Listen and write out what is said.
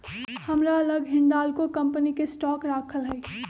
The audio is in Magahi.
हमरा लग हिंडालको कंपनी के स्टॉक राखल हइ